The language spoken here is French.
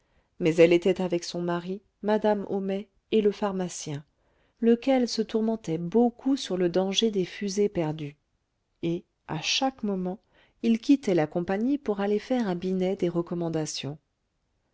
mais elle était avec son mari madame homais et le pharmacien lequel se tourmentait beaucoup sur le danger des fusées perdues et à chaque moment il quittait la compagnie pour aller faire à binet des recommandations